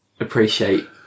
appreciate